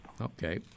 Okay